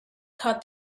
cut